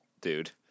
dude